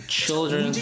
children